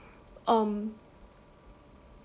um